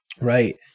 Right